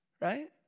Right